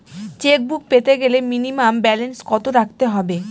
Chequebook পেতে গেলে minimum balance কত রাখতে হবে?